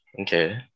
Okay